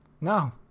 No